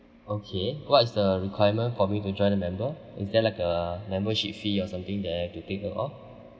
okay what is the requirement for me to join a member is there like a membership fee or something there to take note of